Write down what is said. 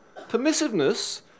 Permissiveness